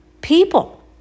people